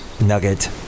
Nugget